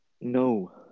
No